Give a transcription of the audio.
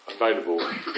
available